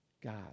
God